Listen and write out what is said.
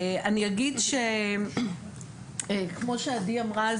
אני אגיד כמו שעדי אמרה,